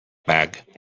bag